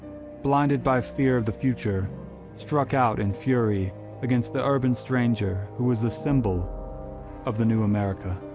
blinded by fear of the future struck out in fury against the urban stranger who was the symbol of the new america.